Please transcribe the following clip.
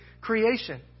creation